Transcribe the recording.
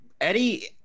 Eddie